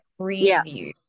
preview